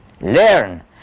Learn